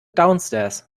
downstairs